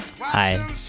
Hi